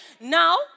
Now